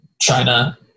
China